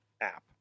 app